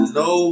no